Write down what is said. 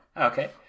Okay